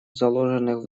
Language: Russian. заложенных